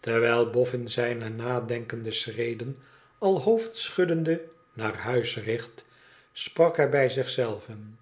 terwijl boffin zijne nadenkende schreden al hoofdschuddende naar huis richtte sprak hij bij zich zei ven